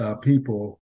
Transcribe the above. people